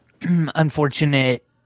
unfortunate